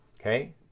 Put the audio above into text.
Okay